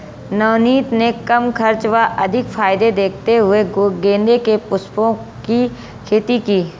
नवनीत ने कम खर्च व अधिक फायदे देखते हुए गेंदे के पुष्पों की खेती की